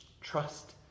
Trust